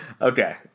okay